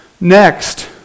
Next